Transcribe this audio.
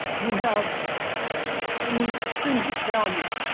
you have intrinsic value.